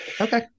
Okay